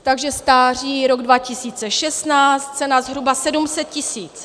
Takže stáří rok 2016 cena zhruba 700 tisíc.